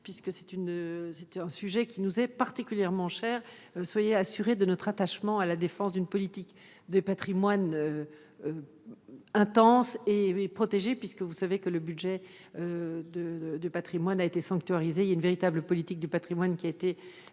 patrimoines, un sujet qui nous est particulièrement cher. Soyez assurés de notre attachement à la défense d'une politique de patrimoine intense et à sa protection. Vous le savez, le budget du patrimoine a été sanctuarisé et une véritable politique du patrimoine a été